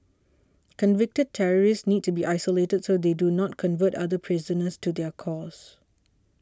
convicted terrorists need to be isolated so they do not convert other prisoners to their cause